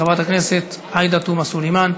חברת הכנסת עאידה תומא סלימאן.